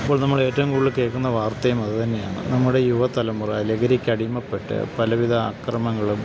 ഇപ്പോൾ നമ്മളേറ്റവും കൂടുതൽ കേൾക്കുന്ന വാർത്തയും അത് തന്നെയാണ് നമ്മുടെ യുവതലമുറ ലഹരിക്ക് അടിമപ്പെട്ട് പലവിധ അക്രമങ്ങളും